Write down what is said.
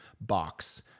box